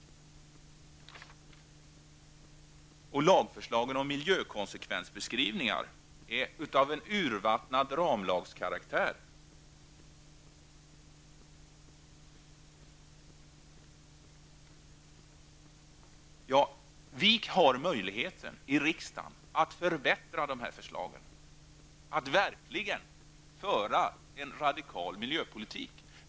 Lagförslagen om miljökonsekvensbeskrivningar är av urvattnad ramlagskaraktär. Vi har i riksdagen möjlighet att förbättra de här förslagen, att verkligen föra en radikal miljöpolitik.